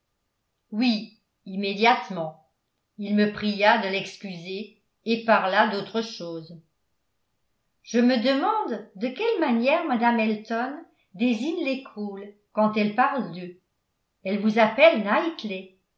oui immédiatement il me pria de l'excuser et parla d'autre chose je me demande de quelle manière mme elton désigne les cole quand elle parle d'eux elle vous appelle